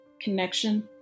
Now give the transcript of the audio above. connection